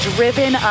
Driven